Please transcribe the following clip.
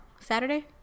Saturday